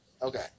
Okay